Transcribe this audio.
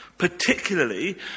particularly